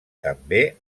també